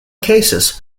cases